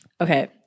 okay